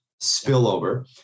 spillover